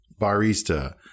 barista